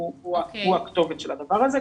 הוא הכתובת של הדבר הזה.